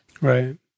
Right